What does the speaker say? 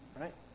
Right